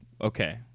Okay